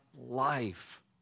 life